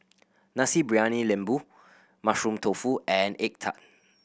Nasi Briyani Lembu Mushroom Tofu and egg tart